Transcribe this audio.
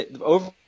over